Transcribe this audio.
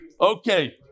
Okay